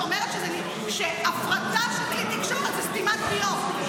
שאומרת שהפרטה של כלי תקשורת זאת סתימת פיות.